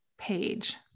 page